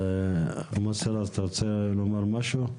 מוסי רז אתה רוצה לומר משהו?